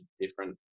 different